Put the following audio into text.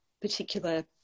particular